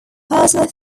personal